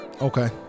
Okay